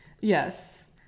Yes